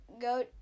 go